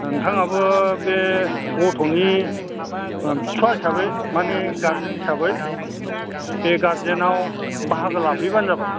नोंथाङाबो बे गथ'नि बिफा हिसाबै माने गारजेन हिसाबै बे मिथिंआव बाहागो लाफैबानो जाबाय